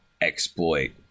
exploit